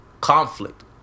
Conflict